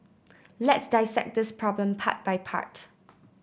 let's dissect this problem part by part